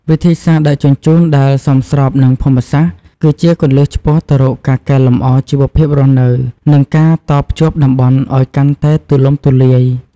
វិធីសាស្រ្តដឹកជញ្ជូនដែលសមស្របនឹងភូមិសាស្ត្រ គឺជាគន្លឹះឆ្ពោះទៅរកការកែលម្អជីវភាពរស់នៅ និងការតភ្ជាប់តំបន់ឱ្យកាន់តែទូលំទូលាយ។